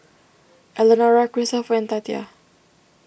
Elenora Kristopher and Tatia